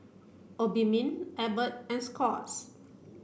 Obimin Abbott and Scott's